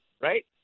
right